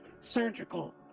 Surgical